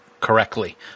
correctly